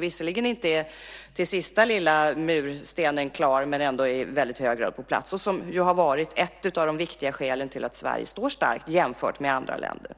visserligen inte till sista lilla murstenen är klar men som ändå i väldigt hög grad är på plats. Och det har varit ett av de viktiga skälen till att Sverige står starkt jämfört med andra länder.